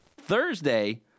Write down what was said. Thursday